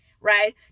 right